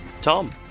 Tom